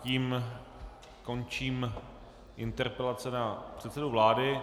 Tím končím interpelace na předsedu vlády.